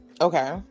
Okay